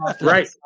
right